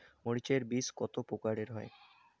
মরিচ এর বীজ কতো প্রকারের হয়?